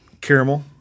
caramel